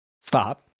Stop